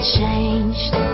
changed